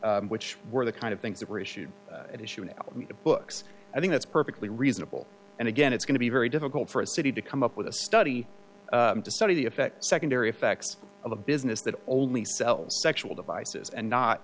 bookstores which were the kind of things that were issued at issue in the books i think that's perfectly reasonable and again it's going to be very difficult for a city to come up with a study to study the effect secondary effects of a business that only sells sexual devices and not